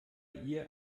ihr